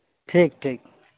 ᱴᱷᱤᱠ ᱴᱷᱤᱠ